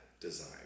design